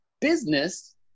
business